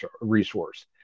resource